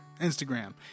Instagram